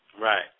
Right